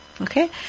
Okay